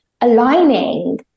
aligning